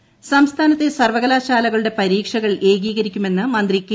ജലീൽ സംസ്ഥാനത്തെ സർവകലാശാലകളുടെ പ്പ്രീക്ഷകൾ ഏകീകരിക്കുമെന്ന് മന്ത്രി കെ